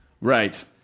Right